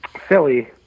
Philly